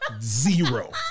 Zero